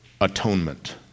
atonement